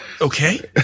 okay